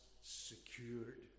secured